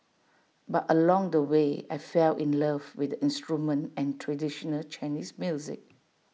but along the way I fell in love with the instrument and traditional Chinese music